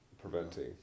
preventing